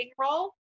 role